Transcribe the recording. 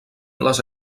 les